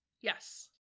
Yes